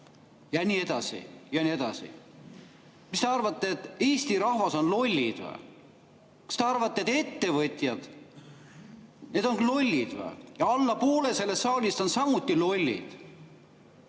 ja nii edasi ja nii edasi. Mis te arvate, et Eesti rahvas on loll või? Kas te arvate, et ettevõtjad on lollid ja alla poole sellest saalist on samuti lollid?